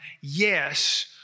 yes